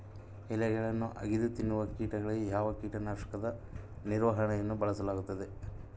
ಎಲೆಗಳನ್ನು ಅಗಿದು ತಿನ್ನುವ ಕೇಟಗಳಿಗೆ ಯಾವ ಕೇಟನಾಶಕದ ನಿರ್ವಹಣೆಯನ್ನು ಬಳಸಲಾಗುತ್ತದೆ?